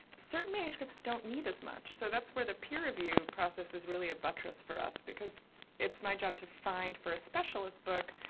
certain manuscripts don't need as much, so that's where the peer review process is really a buttress for us because it's my job to find for a specialist book,